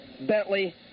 Bentley